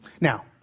Now